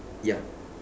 ya